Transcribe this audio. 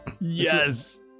yes